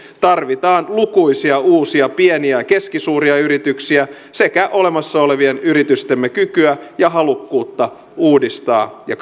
tarvitaan lukuisia uusia pieniä ja ja keskisuuria yrityksiä sekä olemassa olevien yritystemme kykyä ja halukkuutta uudistaa ja